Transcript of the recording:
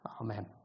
Amen